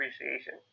appreciation